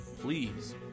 please